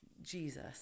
Jesus